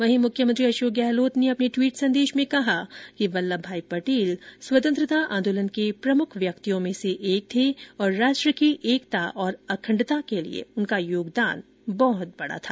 वहीं मुख्यमंत्री अशोक गहलोत ने अपने टवीट संदेश में कहा कि वल्लभ भाई पटेल स्वतंत्रता आंदोलन के प्रमुख व्यक्तियों में से एक थे और राष्ट्र की एकता और अखंडता के लिए उनका योगदान बहत बड़ा है